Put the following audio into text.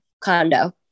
condo